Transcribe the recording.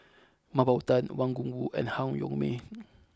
Mah Bow Tan Wang Gungwu and Han Yong May